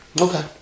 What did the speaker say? Okay